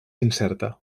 incerta